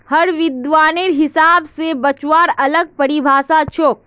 हर विद्वानेर हिसाब स बचाउर अलग परिभाषा छोक